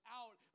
out